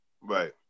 Right